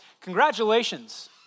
Congratulations